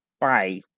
Bye